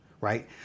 right